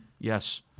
yes